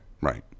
right